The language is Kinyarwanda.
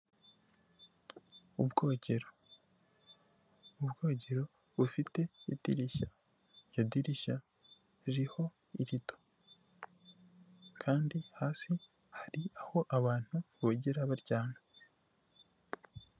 Ubwogero, ubwogero bufite idirishya, iryo dirishya riho irido rito, kandi hasi hari aho abantu bogera baryamye.